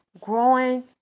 growing